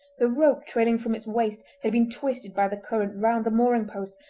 the rope trailing from its waist had been twisted by the current round the mooring post,